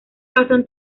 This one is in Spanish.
pasan